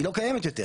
היא לא קיימת יותר